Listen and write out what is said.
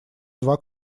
два